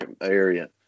area